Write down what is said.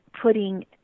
putting